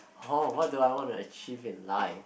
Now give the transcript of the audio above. hor what do I want to achieve in life